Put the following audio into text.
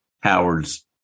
Howard's